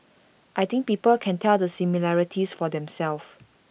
I think people can tell the similarities for themselves